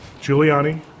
Giuliani